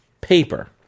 paper